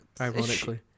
ironically